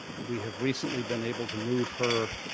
but we have recently been able to move her